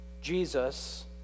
Jesus